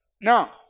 Now